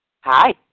hi